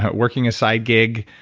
but working a side gig,